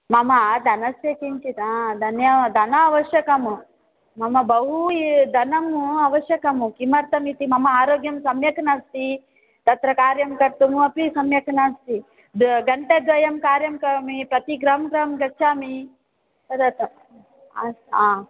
मम दनस्य किञ्चित् दन्य दनम् अवश्यकमु मम बहू दनमु अवश्यकमु किमर्तमिति मम आरोग्यं सम्यक् नास्ति तत्र कार्यं कर्तुम् अपि सम्यक् नास्ति गण्टाद्वयं कार्यं करोमि प्रतिगृहं गृहं गच्चामि तदर्तम् अस् हा